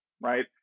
right